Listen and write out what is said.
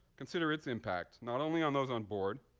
consider its impact, not only on those on board,